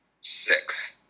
six